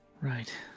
Right